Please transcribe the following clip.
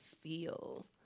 feel